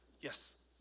yes